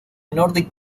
nordic